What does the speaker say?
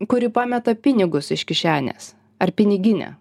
kuri pameta pinigus iš kišenės ar piniginę